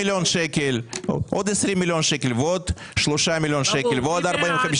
אתם מעבירים 2 מיליון שקלים לוועד מקומי חברון.